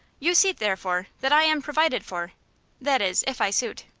you see, therefore, that i am provided for that is, if i suit.